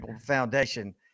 foundation